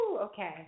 Okay